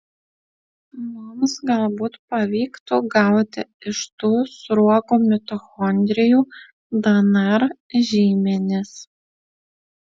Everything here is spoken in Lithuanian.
mums galbūt pavyktų gauti iš tų sruogų mitochondrijų dnr žymenis